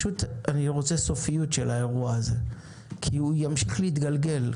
אני רוצה סופיות של האירוע הזה כי הוא ימשיך להתגלגל.